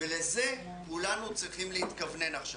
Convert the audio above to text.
ולזה כולנו צריכים להתכוונן עכשיו.